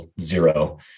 zero